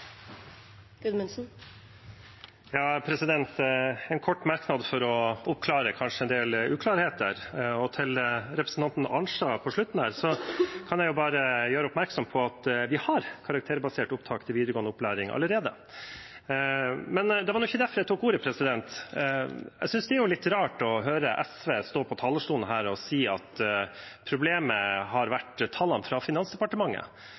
En kort merknad for kanskje å oppklare en del uklarheter: Til representanten Arnstad på slutten her vil jeg bare gjøre oppmerksom på at vi har karakterbasert opptak til videregående opplæring allerede. Men det var ikke derfor jeg tok ordet. Jeg synes det er litt rart å høre SV stå på talerstolen her og si at problemet har vært tallene fra Finansdepartementet.